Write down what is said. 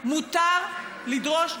מותר לדרוש,